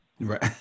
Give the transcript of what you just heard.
Right